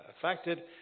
affected